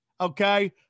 Okay